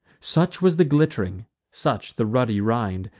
such was the glitt'ring such the ruddy rind,